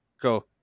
Go